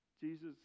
Jesus